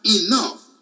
enough